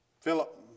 Philip